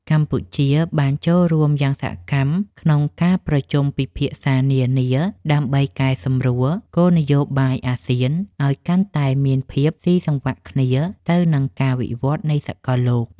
កម្ពុជាបានចូលរួមយ៉ាងសកម្មក្នុងការប្រជុំពិភាក្សានានា ដើម្បីកែសម្រួលគោលនយោបាយអាស៊ានឱ្យកាន់តែមានភាពស៊ីសង្វាក់គ្នាទៅនឹងការវិវត្តនៃសកលលោក។